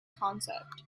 concept